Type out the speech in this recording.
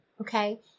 Okay